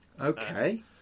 Okay